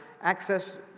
access